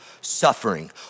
Suffering